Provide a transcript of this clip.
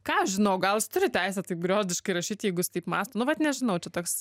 ką aš žinau gal jis turi teisę taip griozdiškai rašyt jeigu taip mąsto nu vat nežinau čia toks